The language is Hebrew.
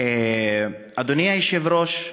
אדוני היושב-ראש,